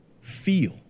feel